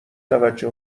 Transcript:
توجه